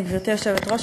גברתי היושבת-ראש,